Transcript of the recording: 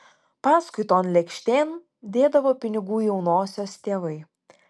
paskui ton lėkštėn dėdavo pinigų jaunosios tėvai